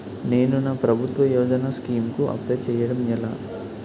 నేను నా ప్రభుత్వ యోజన స్కీం కు అప్లై చేయడం ఎలా?